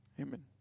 Amen